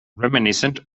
reminiscent